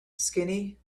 skinny